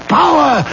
power